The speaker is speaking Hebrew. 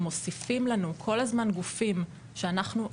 מוסיפים לנו כל הזמן גופים שאנחנו,